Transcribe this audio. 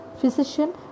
physician